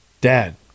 Dad